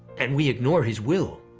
and we ignore his will,